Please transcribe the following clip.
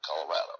Colorado